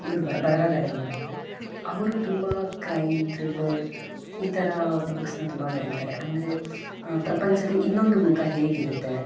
ಇವರು ಬರಹಗಾರರು ಬರ್ತಾರೆ ಅವರು ತುಂಬ ಕ್ರೈಮ್ ಥ್ರಿಲ್ಲರ್ ಈ ಥರ ಬುಕ್ಸ್ನ ತುಂಬ ಬರೀತಾರೆ ಅಂದರೆ ಪ್ರಪಂಚದ ಇನ್ನೊಂದು ಮುಖ ಹೇಗಿರುತ್ತೆ